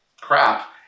crap